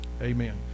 amen